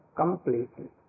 completely